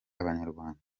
abanyarwanda